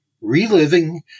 Reliving